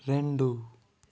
రెండు